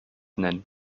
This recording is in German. nennen